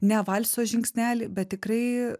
ne valso žingsnelį bet tikrai